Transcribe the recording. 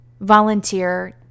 volunteer